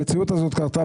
המציאות הזאת קרתה,